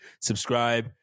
subscribe